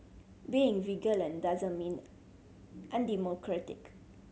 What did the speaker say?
being vigilant doesn't mean undemocratic